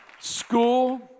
school